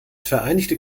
vereinigte